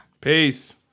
Peace